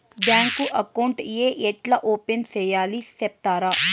Bank account ఏ ఎట్లా open సేయాలి సెప్తారా?